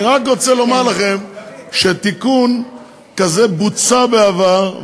אני רק רוצה לומר לכם שתיקון כזה בוצע בעבר,